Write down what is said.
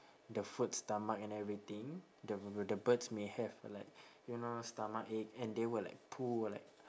the food stomach and everything the bir~ bir~ the birds may have like you know stomachache and they will like poo like